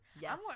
yes